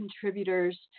contributors